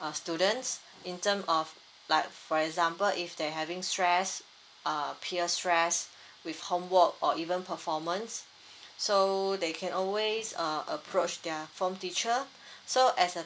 err students in term of like for example if they're having stress uh peer stress with homework or even performance so they can always uh approach their form teacher so as a